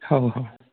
होव हो